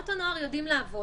תנועות הנוער יודעות לעבוד.